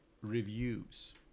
reviews